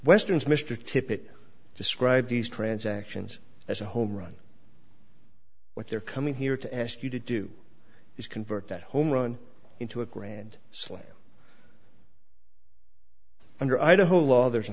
westerns mr tippett describe these transactions as a home run what they're coming here to ask you to do is convert that home run into a grand slam under idaho law there's a